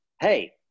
hey